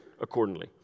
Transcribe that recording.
accordingly